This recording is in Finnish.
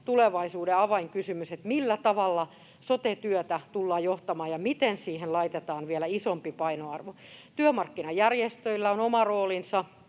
tulevaisuuden avainkysymys, millä tavalla sote-työtä tullaan johtamaan ja miten siihen laitetaan vielä isompi painoarvo. Työmarkkinajärjestöillä on tässä